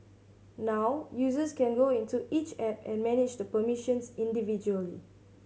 now users can go into each app and manage the permissions individually